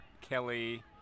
Kelly